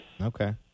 Okay